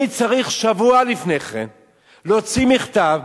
אני צריך שבוע לפני כן להוציא מכתב,